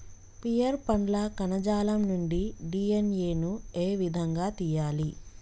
Pear పండ్ల కణజాలం నుండి డి.ఎన్.ఎ ను ఏ విధంగా తియ్యాలి?